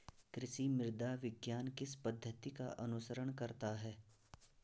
कृषि मृदा विज्ञान किस पद्धति का अनुसरण करता है?